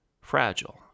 fragile